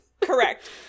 Correct